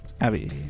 Abby